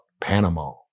Panama